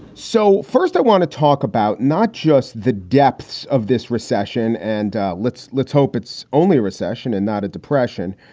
so first, i want to talk about not just the depths of this recession. and let's let's hope it's only recession and not a depression,